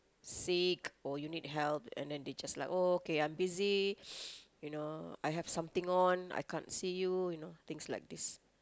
sick or you need help and then they just like oh okay I'm busy you know I have something on I can't see you you know things like this